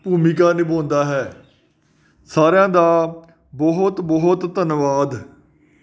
ਭੂਮਿਕਾ ਨਿਭਾਉਂਦਾ ਹੈ ਸਾਰਿਆਂ ਦਾ ਬਹੁਤ ਬਹੁਤ ਧੰਨਵਾਦ